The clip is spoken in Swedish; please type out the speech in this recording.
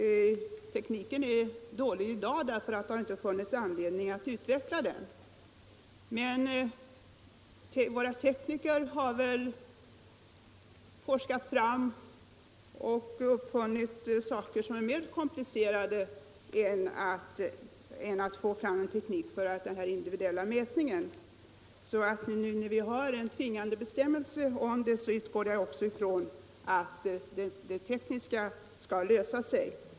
Tekniken är dålig i dag därför att det inte har funnits anledning att utveckla den. Men våra tekniker har väl forskat fram och uppfunnit saker som är mer komplicerade än en teknik för individuell mätning. När vi nu har en tvingade bestämmelse om detta, utgår jag också ifrån att de tekniska problemen skall lösas.